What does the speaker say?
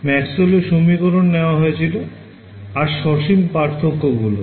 ম্যাক্সওয়েলের সমীকরণ নেওয়া হয়েছিল আর সসীম পার্থক্য গুলো